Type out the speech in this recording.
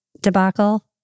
debacle